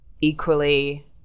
equally